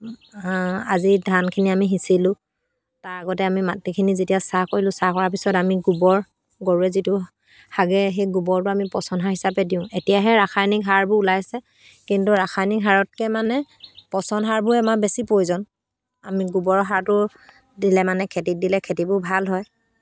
আজি ধানখিনি আমি সিঁচিলোঁ তাৰ আগতে আমি মাটিখিনি যেতিয়া চাহ কৰিলোঁ চাহ কৰা পিছত আমি গোবৰ গৰুৱে যিটো হাগে সেই গোবৰটো আমি পচন সাৰ হিচাপে দিওঁ এতিয়াহে ৰাসায়নিক সাৰবোৰ ওলাইছে কিন্তু ৰাসায়নিক সাৰতকৈ মানে পচন সাৰবোৰ আমাৰ বেছি প্ৰয়োজন আমি গোবৰৰ সাৰটো দিলে মানে খেতিত দিলে খেতিবোৰ ভাল হয়